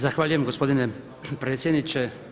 Zahvaljujem gospodine predsjedniče.